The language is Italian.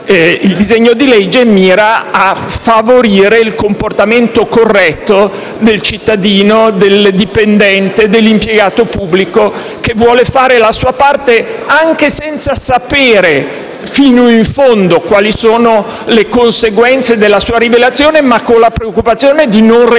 Il disegno di legge mira a favorire il comportamento corretto del cittadino, del dipendente, dell'impiegato pubblico che vuole fare la propria parte anche senza sapere fino in fondo quali sono le conseguenze della sua rivelazione, ma con la preoccupazione - per